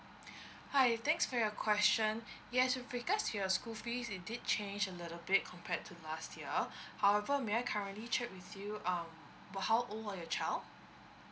hi thanks for your question yes with regards to your school fee it did change a little bit compared to last year however may I currently check with you um how old are your child